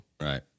Right